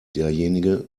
derjenige